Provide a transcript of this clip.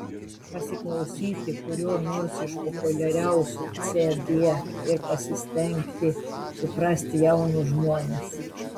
pasiklausyti kurio nors iš populiariausių cd ir pasistengti suprasti jaunus žmones